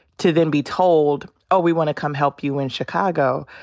to then be told, oh, we want to come help you in chicago,